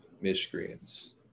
miscreants